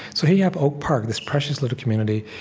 so here you have oak park, this precious little community.